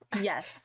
Yes